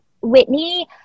Whitney